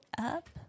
up